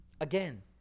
Again